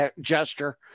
gesture